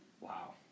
Wow